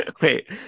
wait